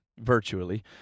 virtually